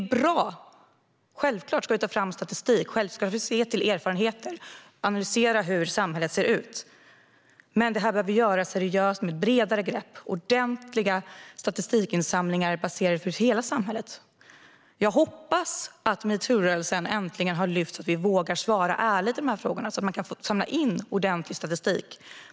Vi ska självklart ta fram statistik, se till erfarenheter och analysera hur samhället ser ut. Det är bra. Men det behöver göras seriöst, med ett bredare grepp och ordentliga statistikinsamlingar baserade på hela samhället. Jag hoppas att metoo-rörelsen äntligen har lyft fram frågan så att vi vågar svara ärligt på frågorna så att man kan samla in ordentlig statistik.